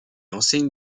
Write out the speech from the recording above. enseigne